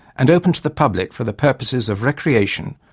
and open to the public for the purposes of recreation,